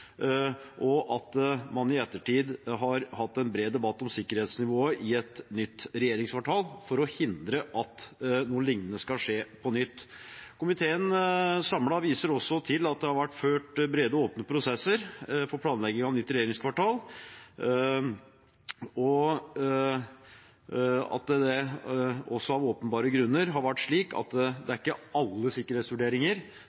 og at man i ettertid har hatt en bred debatt om sikkerhetsnivået i et nytt regjeringskvartal for å hindre at noe liknende skal skje på nytt. Komiteen viser også samlet til at det har vært ført brede og åpne prosesser i planleggingen av nytt regjeringskvartal, og at det av åpenbare grunner har vært slik at